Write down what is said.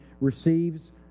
receives